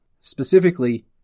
Specifically